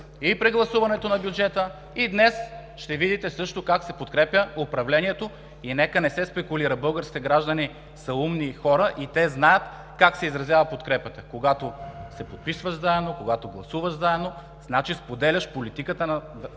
и при гласуването на бюджета, и днес също ще видите как се подкрепя управлението. Нека не се спекулира! Българските граждани са умни хора и знаят как се изразява подкрепа. Когато се подписваш заедно, когато гласуваш заедно, значи споделяш политиката на